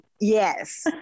yes